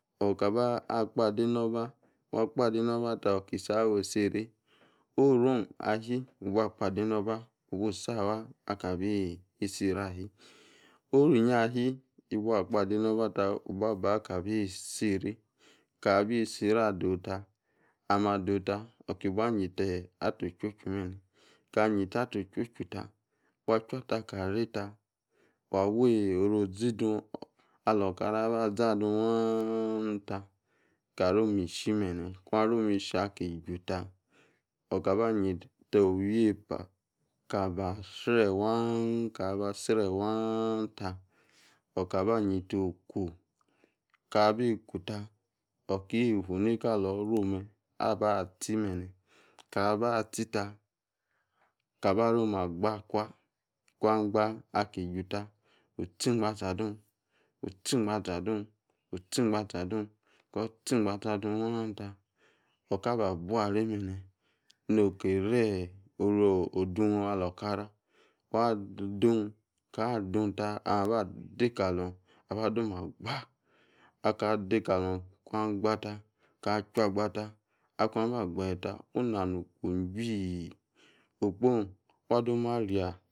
O̱kaba agba ade no̱ oba. Wa gba ade noba ta ota ba bi isri Orun inyi ahi wabu agba de no̱ batɛ otabi isiri kabi isiri adowuta ami adowu ta. Wanyeta ata ocho chu be̱ne̱. Aka yeta ate ochochu ta. Wa chuata aka veta, wa wi oru ozidung olo okare aba azi adun waaan ta. Karomi ishi be̱ne̱. Akun arom ishi aki chu te, otaba yeta owi yepa ka ba srie̱ waan, aka ba srie waan ta, okaba yeta oku. Kabi bi ku ta, iki fu ni kalo iru me abati be̱ne̱. Ka ba ti ta, kaba arom agba akwa. Akua gba aki chuta, wa ti ingbache adun wa ti mgbache adum, wu ti mgbache, adung akoti ingbache adun wa ta otu ba bu arie bene, noki rie̱ oru odun alo okara. Oka adung ka dung ta, ade kalum aba lom agba, aka ade kalum ka chu agba ta kun agba gbaje ta, wu nani okpo chuii. Okpo ong wa dom aria.